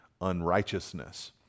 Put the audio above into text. unrighteousness